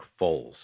Foles